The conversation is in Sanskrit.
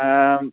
आम्